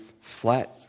flat